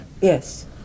Yes